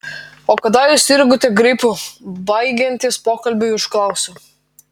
o kada jūs sirgote gripu baigiantis pokalbiui užklausiu